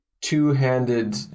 two-handed